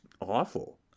awful